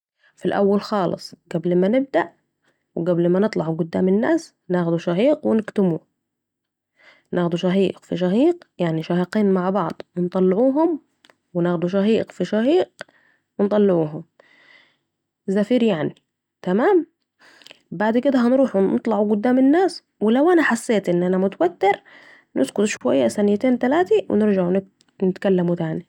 في الأول خالص قبل ما نبدأ و قبل ما هنطلع قدام الناس ناخد شهيق و نكتموا ، ناخد شهيق في شهيق يعني شهقين مع بعض و نطلعهم و ناخد شهيق في شهيقو نطلعهم زفير يعني تمام بعد كده هنروح نطلعوا قدام الناس لو أنا حسيت أن أنا متوتر نسكت شوية ثانيتين تلاته و نرجعوا نتكلموا تاني